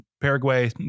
paraguay